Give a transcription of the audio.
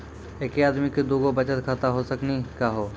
एके आदमी के दू गो बचत खाता हो सकनी का हो?